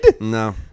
No